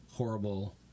horrible